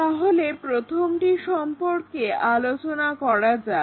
তাহলে প্রথমটি সম্পর্কে আলোচনা করা যাক